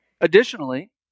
Additionally